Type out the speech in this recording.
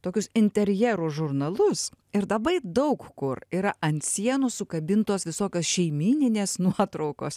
tokius interjerų žurnalus ir labai daug kur yra ant sienų sukabintos visokios šeimyninės nuotraukos